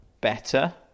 better